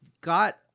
got